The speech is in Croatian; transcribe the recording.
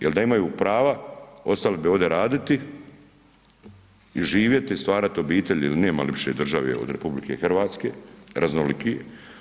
Jer da imaju prava ostali bi ovdje raditi i živjeti i stvarati obitelj, jer nema ljepše države od RH, raznolikije.